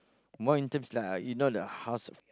more in terms lah you know the house